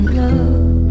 love